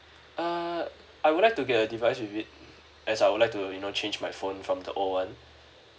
err I would like to get a device with it as I would like to you know change my phone from the old one